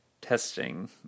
testing